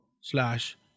slash